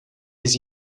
his